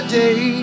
day